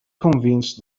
convinced